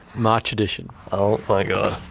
march edition oh my god.